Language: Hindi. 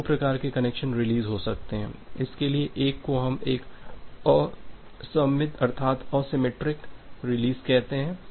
तो दो प्रकार के कनेक्शन रिलीज़ हो सकते हैं इसलिए एक को हम एक असममित अर्थात असिमेट्रिक रिलीज़ कहते हैं